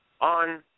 on